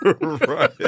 Right